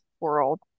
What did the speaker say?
world